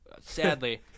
sadly